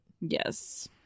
yes